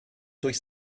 durch